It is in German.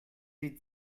sie